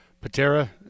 Patera